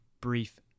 brief